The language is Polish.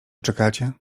czekacie